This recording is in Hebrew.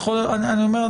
אני אומר,